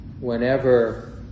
whenever